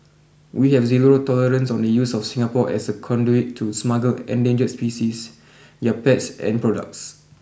we have zero tolerance on the use of Singapore as a conduit to smuggle endangered species their pets and products